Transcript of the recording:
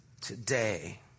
today